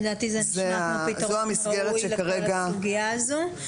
לדעתי זה נשמע כמו פתרון ראוי לכל הסוגיה הזו,